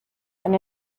and